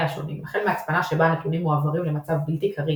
השונים החל מהצפנה שבה הנתונים מועברים למצב בלתי קריא